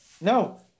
No